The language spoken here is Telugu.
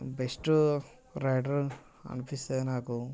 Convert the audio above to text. బెస్ట్ రైడర్ అనిపిస్తుంది నాకు